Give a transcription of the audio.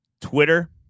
Twitter